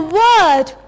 word